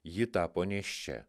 ji tapo nėščia